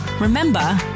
Remember